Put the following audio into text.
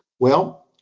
well,